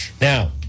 now